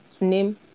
Name